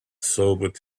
sobered